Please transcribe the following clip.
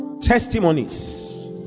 Testimonies